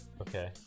Okay